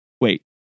wait